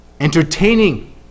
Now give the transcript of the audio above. Entertaining